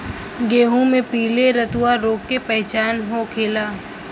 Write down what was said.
गेहूँ में पिले रतुआ रोग के पहचान का होखेला?